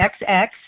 XX